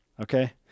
okay